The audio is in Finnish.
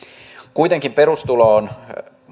kuitenkin perustulo on